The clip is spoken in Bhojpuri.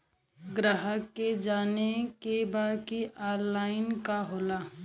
ग्राहक के जाने के बा की ऑनलाइन का होला?